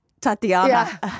Tatiana